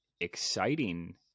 exciting